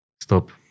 stop